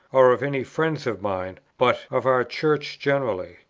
or of any friends of mine but of our church generally.